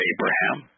Abraham